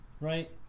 right